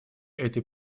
этой